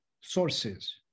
sources